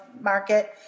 market